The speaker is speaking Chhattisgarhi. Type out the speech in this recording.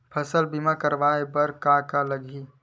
फसल बीमा करवाय बर का का लगही?